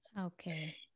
Okay